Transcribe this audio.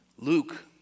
Luke